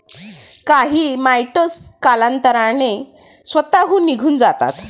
काही माइटस कालांतराने स्वतःहून निघून जातात